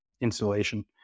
installation